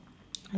!aiya!